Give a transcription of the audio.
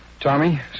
Tommy